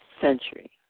century